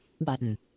Button